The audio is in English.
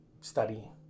study